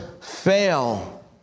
fail